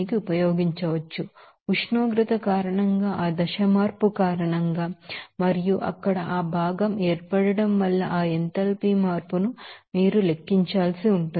ఉష్ణోగ్రత కారణంగా ఆ దశ మార్పు కారణంగా మరియు అక్కడ ఆ భాగం ఏర్పడటం వల్ల ఆ ఎంథాల్పీ మార్పును మీరు లెక్కించాల్సి ఉంటుంది